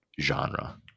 genre